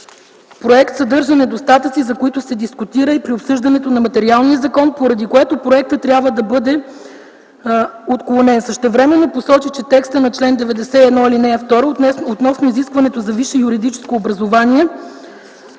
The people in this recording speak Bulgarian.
проект съдържа недостатъци, за които се дискутира и при обсъждането на материалния закон, поради което проектът трябва да бъде отклонен. Същевременно посочи, че текстът на чл. 91, ал. 2 – относно изискването за висше юридическо образование,